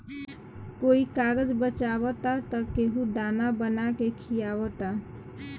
कोई कागज बचावता त केहू दाना बना के खिआवता